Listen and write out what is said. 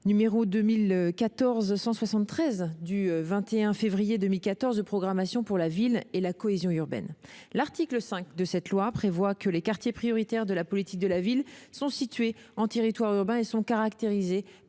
loi n° 2014-173 du 21 février 2014 de programmation pour la ville et la cohésion urbaine. L'article 5 de cette loi prévoit que les quartiers prioritaires de la politique de la ville sont situés en territoire urbain et sont caractérisés par un nombre